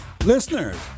Listeners